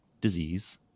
disease